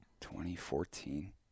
2014